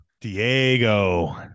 Diego